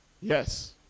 Yes